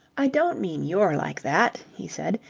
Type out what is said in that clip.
i don't mean you're like that, he said.